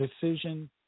decision